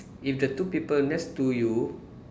if the two people next to you